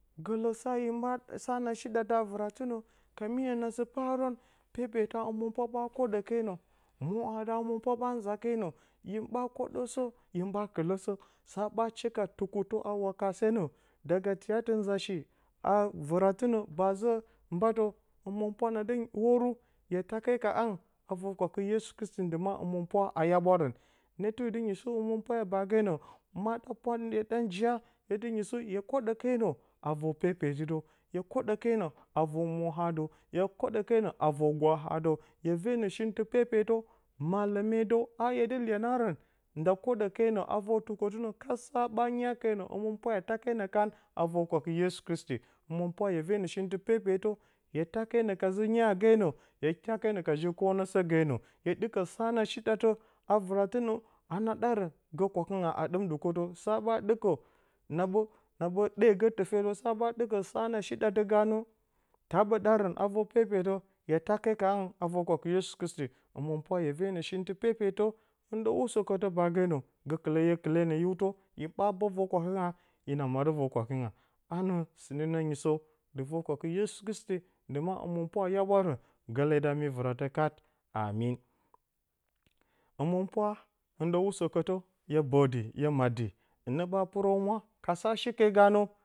Gələ sa hin ɓa, sa na shi ɗatə a vɨratinə ka mye, nasɨ paarə pepeta həmɨnpwa ɓa a kwoɗəkenə mwoha da həmɨnpwa ɓaa nza kenə, hin ɓaa kwoɗəsə, hin ɓaa kɨləsə. sa ɓaa shi ka tukuttə a waka senə nza a shi, a vɨratɨnə baa zə mbatə, həmɨnpwa, na dɨ nyi, w'oru hye take ka hangɨn, a vorkwakɨ yesu kristi ndɨ maa həmɨnpwa a yaɓwarən, hɨne tuwi dɨ nyisu, həmɨnpwa hye baagenə, maa ɗa pwa, hye ɗaa njiya hɨ ne dɨ nyisu, hye kowɗə kenə a ror-pepet dəw, hye kwoɗə kenə a vor mwoha dəw. Hye venə shintɨ pepetə, malayene dəw ha hye dɨ iyanaran nda kwoɗə kenə a vor-tukwo tɨnə kat sa ɓaa nyake nə, həmɨnpwa hye kenə kan, a vor-kwakɨ yesu kristi həmɨnpwa hye venə shintɨ pepetə, hye ta kenə ka zɨ nyagenə, hye ta kenə ka jy kwonə səgenə hye ɗɨkə sana shi ɗatə a vɨratɨ nə, ana ɗaarə gə kwakɨ ngga a ɗɨm ndukətə, saɓaa ɗɨkə sa na shi ɗatə ganə taa ɓə ɗaa rə a vor pepeti hye ta ke ka hangɨn, a vor kwakɨ yesu kristi həmɨnpwa hye venə shintɨ pepetə gəkɨlə, hye kɨlenə hiwtə, hin ɓaa bə vor kwakɨ ngga, anə sɨnə nyis dɨ vor kwakɨ yesu kristi ndɨ maa həmɨnpwa a yabwarən, gəle da mi vɨratə kat amin həmɨnpwa hɨn dəw usəkətə hye bədi, hye mat di, hɨnə baa pɨrə humwa ka, saa shi ke ganə.